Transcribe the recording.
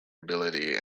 ability